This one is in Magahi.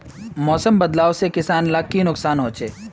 मौसम बदलाव से किसान लाक की नुकसान होचे?